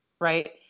right